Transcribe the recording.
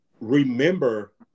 remember